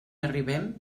arribem